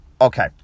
Okay